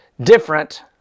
Different